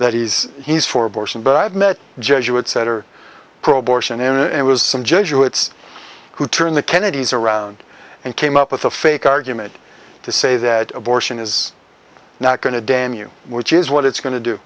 that is he's for abortion but i've met jesuits that are pro abortion in it was some jesuits who turned the kennedys around and came up with a fake argument to say that abortion is not going to damn you which is what it's going to do